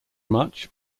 much